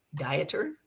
dieter